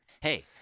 Hey